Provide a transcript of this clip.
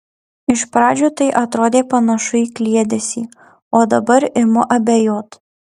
iš pradžių tai atrodė panašu į kliedesį o dabar imu abejot